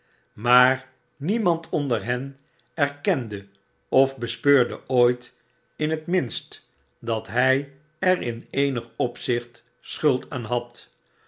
maar niemand onder hen erkende of bespeurde ooit in het minst dat hy er in eenig opzicht schuld aan had